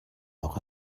awk